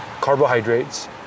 carbohydrates